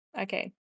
Okay